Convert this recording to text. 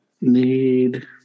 Need